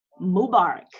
Mubarak